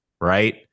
right